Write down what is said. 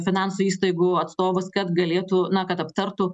finansų įstaigų atstovus kad galėtų na kad aptartų